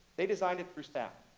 they designed it through sound.